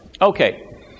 Okay